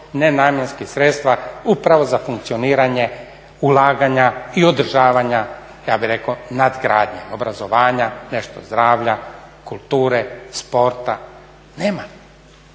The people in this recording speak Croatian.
nenamjenska sredstva upravo za funkcioniranje ulaganja i održavanja, ja bih rekao, nadgradnje, obrazovanja, nešto zdravlja, kulture, sporta, nema.